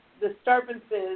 disturbances